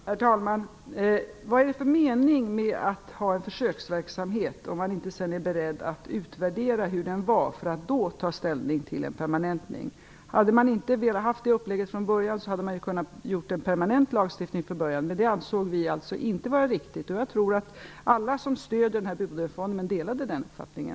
Herr talman! Vad är det för mening med att ha en försöksverksamhet om man inte är beredd att sedan utvärdera hur den varit, för att därefter ta ställning till en permanentning? Hade man inte velat ha det upplägget från början, hade man kunnat åstadkomma en permanent lagstiftning. Det ansåg vi alltså inte vara riktigt. Jag tror att alla som stödde den här boendeformen delade den uppfattningen.